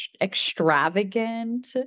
extravagant